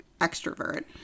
extrovert